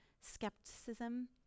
skepticism